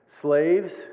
Slaves